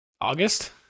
August